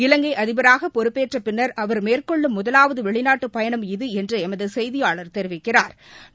இலங்கைஅதிபராகபொறுப்பேற்றபின்னர் மேற்கொள்ளும் அவர் முதலாவதுவெளிநாட்டுப் பயணம் இது என்றுஎமதுசெய்தியாளா் தெரிவிக்கிறாா்